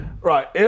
Right